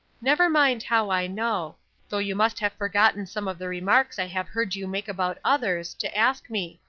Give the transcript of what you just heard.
never mind how i know though you must have forgotten some of the remarks i have heard you make about others, to ask me.